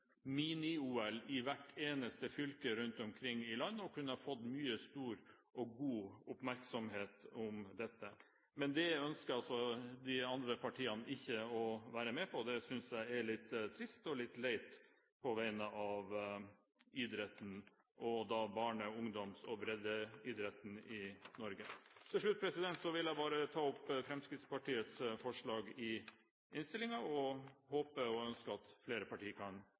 i hvert eneste fylke i landet og fått mye stor og god oppmerksomhet omkring dette. Men det ønsker altså ikke de andre partiene å være med på. Det synes jeg er litt trist og litt leit på vegne av idretten – barne-, ungdoms- og breddeidretten i Norge. Til slutt vil jeg ta opp Fremskrittspartiets forslag i innstillingen, og håper og ønsker at flere partier kan